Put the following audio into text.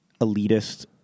elitist